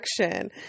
action